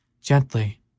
Gently